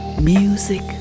Music